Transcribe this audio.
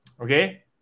okay